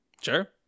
Sure